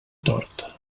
tort